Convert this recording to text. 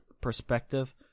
perspective